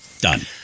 done